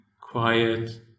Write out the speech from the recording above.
quiet